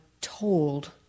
told